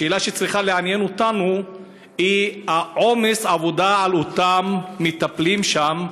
השאלה שצריכה לעניין אותנו היא עומס העבודה על אותם מטפלים שם,